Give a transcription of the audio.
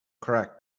Correct